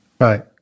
Right